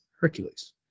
Hercules